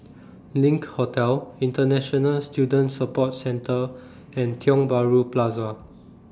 LINK Hotel International Student Support Centre and Tiong Bahru Plaza